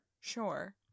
sure